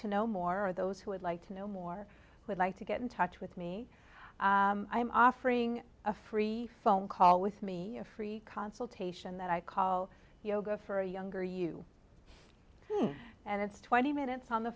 to know more or those who would like to know more would like to get in touch with me i'm offering a free phone call with me a free consultation that i call yoga for a younger you and it's twenty minutes on the